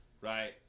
Right